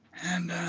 and